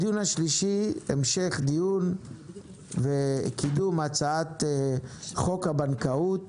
הדיון השלישי המשך דיון קידום הצעת חוק הבנקאות